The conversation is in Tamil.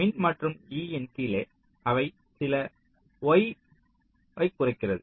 மின் மற்றும் e இன் கீழே அவை சில y ஆயங்களை குறிக்கின்றன